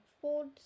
Ford